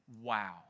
wow